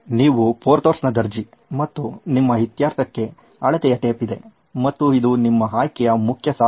ನೀವು ಪೊರ್ಥೋಸ್ನ ದರ್ಜಿ ಮತ್ತು ನಿಮ್ಮ ಇತ್ಯರ್ಥಕ್ಕೆ ಅಳತೆಯ ಟೇಪ್ ಇದೆ ಮತ್ತು ಇದು ನಿಮ್ಮ ಆಯ್ಕೆಯ ಮುಖ್ಯ ಸಾಧನ